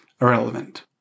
irrelevant